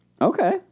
Okay